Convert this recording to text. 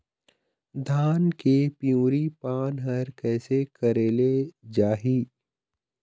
धान के पिवरी पान हर कइसे करेले जाही?